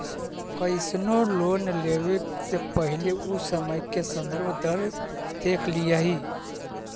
कइसनो लोन लेवे से पहिले उ समय के संदर्भ दर देख लिहऽ